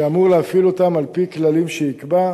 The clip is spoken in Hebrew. שאמור להפעיל אותם על-פי כללים שיקבע.